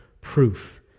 proof